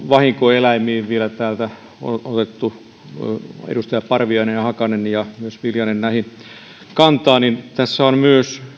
vahinkoeläimiin vielä täältä on otettu edustajat parviainen ja hakanen ja myös viljanen kantaa tässä on myös